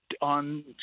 On